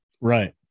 Right